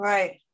Right